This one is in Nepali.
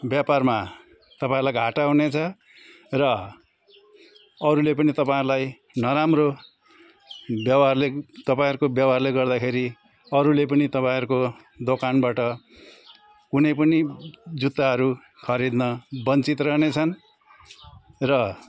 व्यापारमा तपाईँलाई घाटा हुनेछ र अरूले पनि तपाईँहरूलाई नराम्रो व्यवहारले तपाईँहरूको व्यवहारले गर्दाखेरि अरूले पनि तपाईँहरूको दोकानबाट कुनै पनि जुत्ताहरू खरिद्न वञ्चित रहनेछन् र